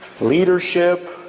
leadership